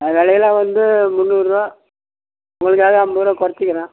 ஆ விலையலாம் வந்து முந்நூறுரூவா உங்களுக்காக ஐம்பது ருபா குறைச்சிக்கிறேன்